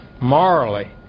morally